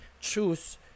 choose